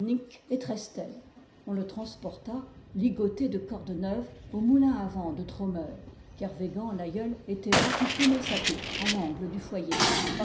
on le transporta ligoté de cordes neuves au moulin à venl de trômeur kervégan l aïeul était là qui fumait sa pipe à l'angle du foyer